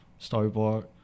storyboard